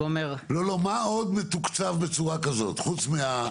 לא לא, מה עוד מתוקצב בצורה כזאת חוץ מזה?